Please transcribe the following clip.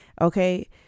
Okay